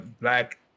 black